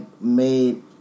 made